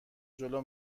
جلو